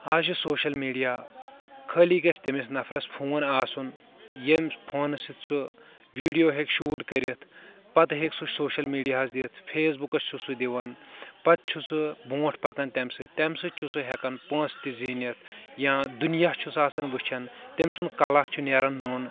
آز چھِ social media خٲلی گژھہِ تٔمِس نفرس فون آسُن ییٚمہِ فونہٕ سۭتۍ سُہ ویڈیو ہیٚکہِ شوٗٹ کٔرِتھ پتہٕ ہیٚکہِ سُہ سوشل میڈیا ہس دِتھ فیس بُکس چھُ سُہ دِوان پتہٕ چھِ سُہ برونٛٹھ پکان تیٚمہِ سۭتۍ تیٚمہِ سۭتۍ چھُ سُہ ہیٚکان پونٛسہٕ تہِ زیٖنِتھ یا دُنیا چھُس آسان وٕچھان تیٚمۍ سُند کلا چھُ نٮ۪ران نوٚن